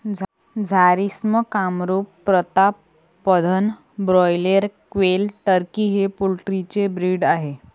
Jharsim, Kamrup, Pratapdhan, broiler, quail, turkey हे poultry चे breed आहेत